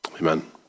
Amen